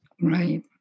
Right